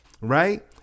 right